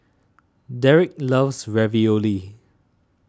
Derik loves Ravioli